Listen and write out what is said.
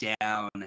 down